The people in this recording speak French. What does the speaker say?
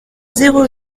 zéro